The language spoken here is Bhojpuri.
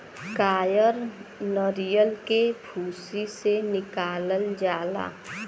कायर नरीयल के भूसी से निकालल जाला